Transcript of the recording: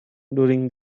during